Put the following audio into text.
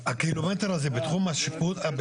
הקילומטר הזה הוא בתחום השיפוט שלו?